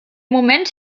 moment